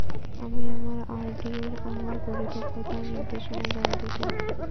আমি আমার আর.ডি এর আমার পরিপক্কতার নির্দেশনা জানতে চাই